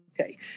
Okay